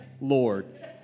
Lord